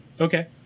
Okay